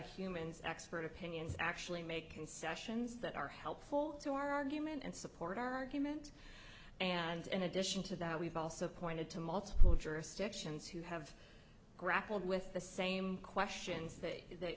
humans expert opinions actually make concessions that are helpful to our argument and support our argument and in addition to that we've also pointed to multiple jurisdictions who have grappled with the same questions that